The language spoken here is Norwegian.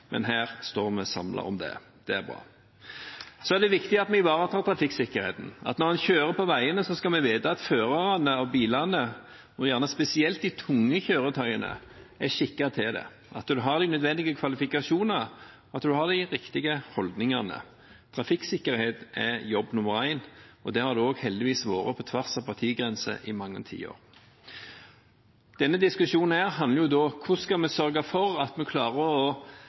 men her står vi samlet om det. Det er bra. Det er viktig at vi ivaretar trafikksikkerheten. Når en kjører på veiene, skal en vite at førerne av bilene, og gjerne spesielt av de tunge kjøretøyene, er skikket til det, at en har de nødvendige kvalifikasjonene og de riktige holdningene. Trafikksikkerhet er jobb nr. 1, og det har det heldigvis vært på tvers av partigrensene i mange tiår. Denne diskusjonen handler om hvordan vi skal sørge for at vi klarer å